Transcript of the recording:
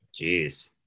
Jeez